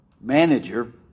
manager